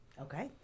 Okay